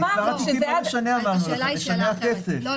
אמרנו שזה עד --- מספר התיקים לא משנה,